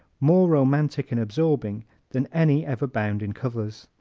more romantic and absorbing than any ever bound in covers.